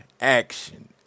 action